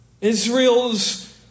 Israel's